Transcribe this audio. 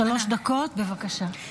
דקות, בבקשה.